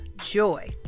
joy